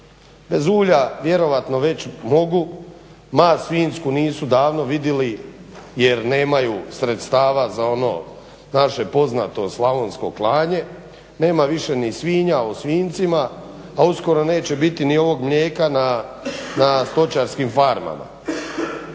Bez ulja vjerojatno već mogu, mast svinjsku nisu davno vidjeli jer nemaju sredstava za ono naše poznato slavonsko klanje, nema više ni svinja u svinjcima, a uskoro neće biti ni ovog mlijeka na stočarskim farmama.